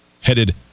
headed